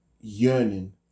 yearning